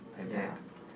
ya